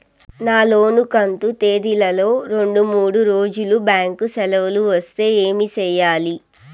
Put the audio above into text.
నా లోను కంతు తేదీల లో రెండు మూడు రోజులు బ్యాంకు సెలవులు వస్తే ఏమి సెయ్యాలి?